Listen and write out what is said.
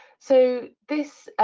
so this,